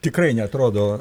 tikrai neatrodo